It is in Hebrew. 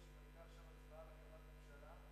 אם היתה הצבעה על הקמת ממשלה,